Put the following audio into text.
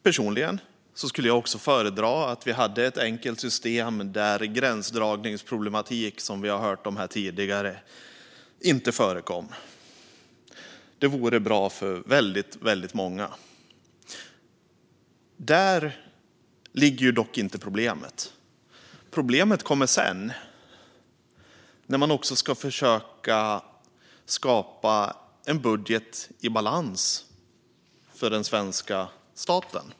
Personligen skulle också jag föredra att vi hade ett enkelt system där den gränsdragningsproblematik som vi hört om här inte förekom. Det vore bra för väldigt många. Däri ligger dock inte problemet. Problemet kommer sedan, när man ska försöka skapa en budget i balans för svenska staten.